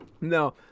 No